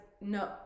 No